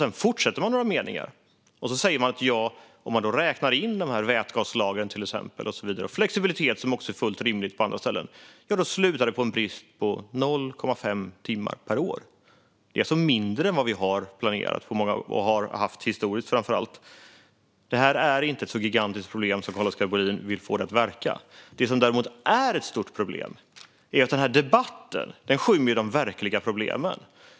Sedan fortsätter man dock några meningar och säger att om man räknar in till exempel de här vätgaslagren och flexibilitet, vilket är fullt rimligt på andra ställen, slutar det på en brist på 0,5 timmar per år. Det är alltså mindre än vad vi har planerat och framför allt mindre än vad vi har haft historiskt. Det här är inte ett så gigantiskt problem som Carl-Oskar Bohlin vill få det att verka som. Det som däremot är ett stort problem är att den här debatten skymmer de verkliga problemen.